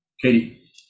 Katie